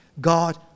God